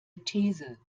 these